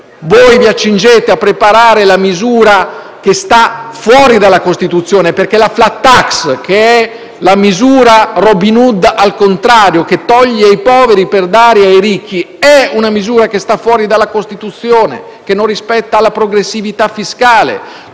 Voi vi accingete a preparare una misura che sta fuori dalla Costituzione, perché la *flat tax* (che è la misura Robin Hood al contrario, che toglie ai poveri per dare ai ricchi) sta fuori dalla Costituzione in quanto non rispetta la progressività fiscale.